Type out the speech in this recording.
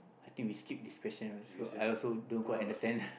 I think we skip this question ah so I also don't quite understand